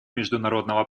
международного